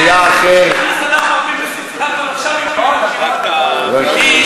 יכול לקרוא קריאות ביניים.